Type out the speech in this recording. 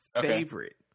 favorite